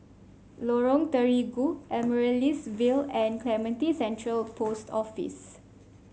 Lorong Terigu Amaryllis Ville and Clementi Central Post Office